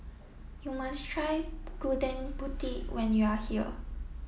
you must try Gudeg Putih when you are here